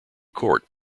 court